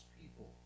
people